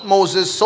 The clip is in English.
Moses